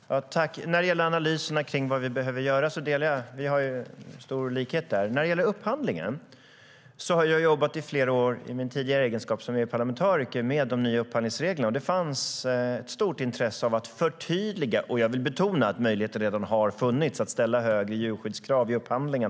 Herr talman! När det gäller analysen av vad vi behöver göra finns det stora likheter mellan Magnus Oscarsson och mig. När det gäller upphandlingen har jag i min tidigare egenskap av EU-parlamentariker jobbat i flera år med de nya upphandlingsreglerna. Det fanns ett stort intresse av att förtydliga dem. Jag vill betona att möjligheter redan har funnits att ställa högre djurskyddskrav vid upphandlingar.